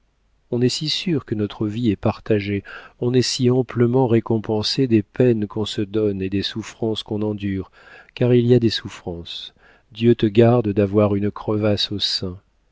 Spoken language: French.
on est si sûre que notre vie est partagée on est si amplement récompensée des peines qu'on se donne et des souffrances qu'on endure car il y a des souffrances dieu te garde d'avoir une crevasse au sein